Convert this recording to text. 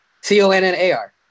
c-o-n-n-a-r